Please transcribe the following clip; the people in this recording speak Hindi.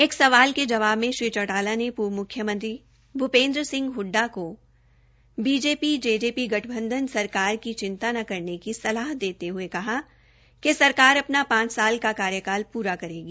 एक सवाल के जवाब में श्री चौटाला ने पूर्व मुख्यमंत्री भूपेन्द्र सिंह हडडा को बीजेपी जेजेपी गठबंध्न सरकार की चिंता न करने की सलाह देते हये कहा कि सरकार अपना पांच साल का कार्यकाल पूरा करेगी